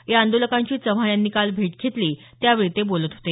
या आंदोलकांची चव्हाण यांनी काल भेट घेतली यावेळी ते बोलत होते